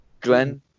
Glenn